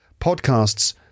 podcasts